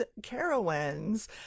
carowinds